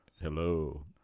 Hello